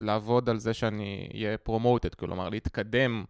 לעבוד על זה שאני אהיה פרומוטד, כלומר להתקדם.